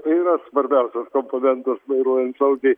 tai yra svarbiausias komponentas vairuojant saugiai